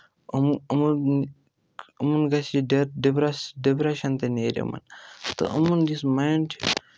یِمہٕ یِمَن یِمَن گَژھِ یہِ ڈِ ڈِپرٛس ڈِپرٮ۪شَن تہِ نیرِیِمَن تہٕ یِمَن یُس مایِنٛڈ چھُ